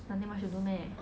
nothing much to do meh